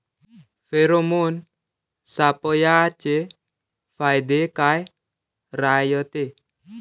Pheromone सापळ्याचे फायदे काय रायते?